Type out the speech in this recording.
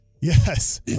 Yes